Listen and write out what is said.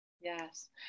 Yes